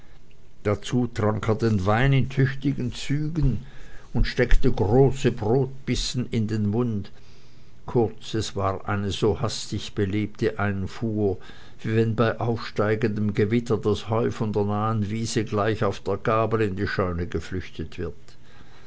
dazu trank er den wein in tüchtigen zügen und steckte große brotbissen in den mund kurz es war eine so hastig belebte einfuhr wie wenn bei aufsteigendem gewitter das heu von der nahen wiese gleich auf der gabel in die scheune geflüchtet wird